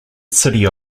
city